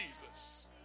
Jesus